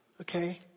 Okay